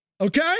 Okay